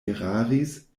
eraris